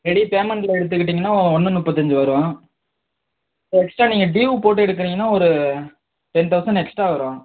ready பேமெண்ட்டில் எடுத்துக்கிட்டீங்கன்னால் ஒன்று முப்பத்தஞ்சு வரும் எக்ஸ்ட்ரா நீங்கள் ட்யூ போட்டு எடுக்கிறீங்கன்னா ஒரு டென் தௌசண்ட் எக்ஸ்ட்ரா வரும்